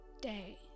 day